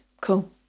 cool